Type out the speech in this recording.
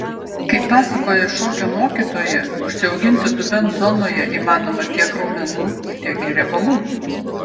kaip pasakoja šokio mokytoja užsiauginti dubens zonoje įmanoma tiek raumenų tiek ir riebalų